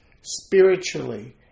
spiritually